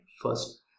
first